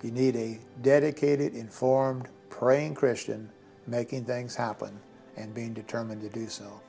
they need a dedicated informed praying christian making things happen and being determined to do so